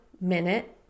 minute